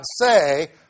say